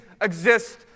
exist